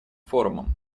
форумом